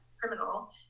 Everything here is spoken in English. criminal